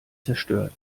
zerstört